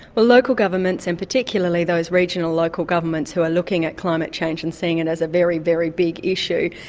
well local governments, and particularly those regional local governments who are looking at climate change and seeing it as a very, very big issue,